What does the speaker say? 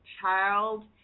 child